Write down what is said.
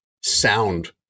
sound